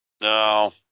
No